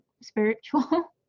spiritual